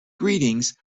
greetings